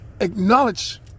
acknowledge